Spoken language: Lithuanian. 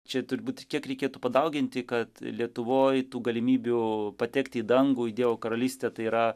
čia turbūt kiek reikėtų padauginti kad lietuvoj tų galimybių patekt į dangų į dievo karalystę tai yra